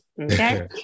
okay